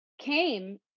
came